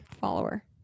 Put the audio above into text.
Follower